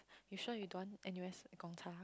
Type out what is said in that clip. you sure you don't want N_U_S Gongcha